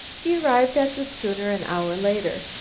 he arrived at the schooner an hour later.